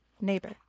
neighbor